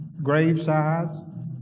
gravesides